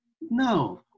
no